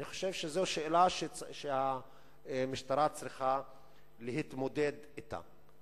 אני חושב שזאת שאלה שהמשטרה צריכה להתמודד אתה.